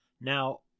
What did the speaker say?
Now